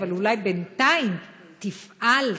אבל אולי בינתיים תפעל,